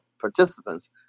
participants